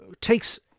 takes